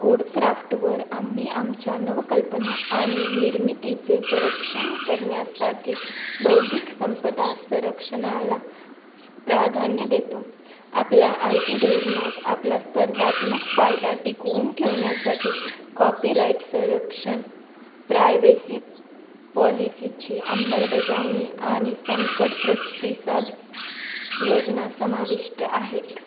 कोडक्राफ्टवर आम्ही आमच्या नवकल्पना आणि निर्मितीचे संरक्षण करण्यासाठी बौद्धिक संपदा संरक्षणाला प्राधान्य देतो आपल्या आय पी धोरणात आपला स्पर्धात्मक फायदा टिकवून ठेवण्यासाठी कॉपीराइट संरक्षण प्रायवेसी पॉलिसीची अंमलबजावणी आणि संकट प्रतिसाद योजना समाविष्ट आहेत